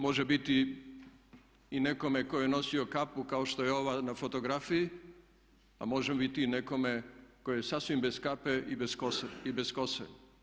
Može biti i nekome tko je nosio kapu kao što je ova na fotografiji, a može biti i nekome tko je sasvim bez kape i bez kose.